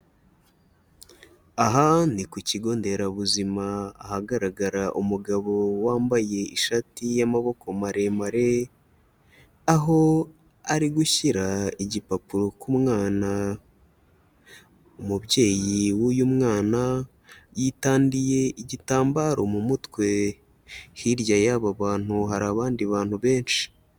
Aha ni ku kigo nderabuzima ahagaragara umugabo wambaye ishati y'amaboko maremare, aho ari gushyira igipapuro ku mwana, umubyeyi w'uyu mwana yitandiye igitambaro mu mutwe, hirya y'aba bantu hari abandi bantu benshi.